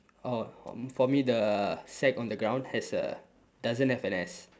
orh for me the sack on the ground has a doesn't have an S